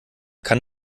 kann